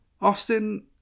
Austin